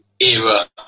era